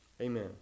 Amen